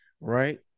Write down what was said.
right